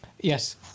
Yes